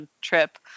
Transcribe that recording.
trip